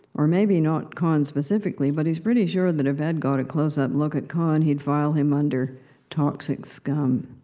or maybe not conn specifically, but he's pretty sure that if ed got a close-up look at conn, he'd file him under toxic scum.